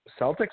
Celtics